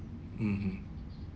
mmhmm